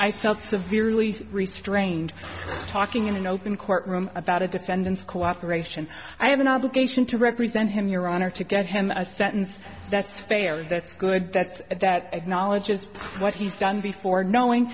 i felt severely restrained talking in an open courtroom about a defendant's cooperation i have an obligation to represent him your honor to get him a sentence that's fair that's good that's that acknowledges what he's done before knowing